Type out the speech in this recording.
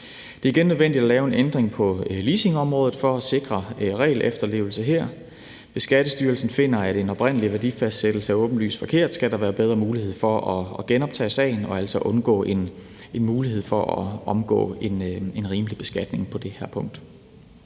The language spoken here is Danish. Det er igen nødvendigt at lave en ændring på leasingområdet for at sikre regelefterlevelse her. Hvis Skattestyrelsen finder, at en oprindelig værdifastsættelse er åbenlyst forkert, skal der være bedre mulighed for at genoptage sagen og altså undgå en mulighed for at omgå en rimelig beskatning på det her punkt.